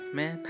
man